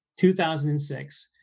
2006